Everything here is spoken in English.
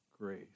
grace